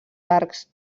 arcs